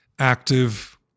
active